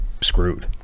screwed